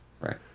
right